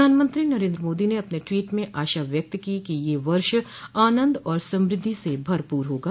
प्रधानमंत्री नरेंद्र मोदी ने अपने ट्वीट में आशा व्यक्त की कि यह वर्ष आनंद और समृद्धि से भरपूर होगा